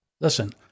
Listen